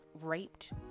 raped